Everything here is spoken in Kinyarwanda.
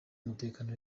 umutekano